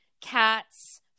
cats